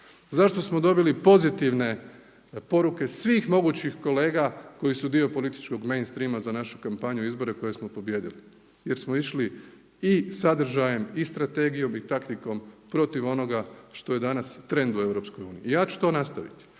zašto smo dobili pozitivne poruke svih mogućih kolega koji su dio političkog mainstreama za našu kampanju i izbore koje smo pobijedili jer smo išli i sadržajem i strategijom i taktikom protiv onoga što je danas trend u EU i ja ću to nastaviti.